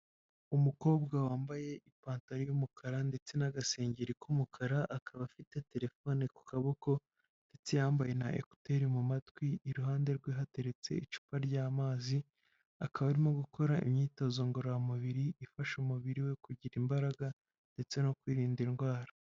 Umukobwa wambaye ipantaro y'umukara ndetse n'agasengeri k'umukara, akaba afite telefone ku kaboko ndetse yambaye na ekuteri mu matwi. Iruhande rwe hateretse icupa ry'amazi akaba arimo gukora imyitozo ngororamubiri ifasha umubiri we kugira imbaraga ndetse no kwirinda indwara.